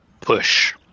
push